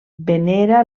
venera